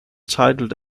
titled